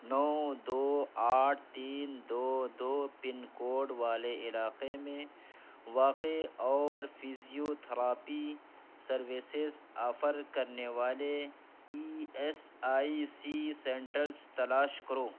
نو دو آٹھ تین دو دو پن کوڈ والے علاقے میں واقع اور فزیوتھراپی سروسز آفر کرنے والے E S I C centres تلاش کرو